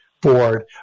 board